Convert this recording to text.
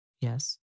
Yes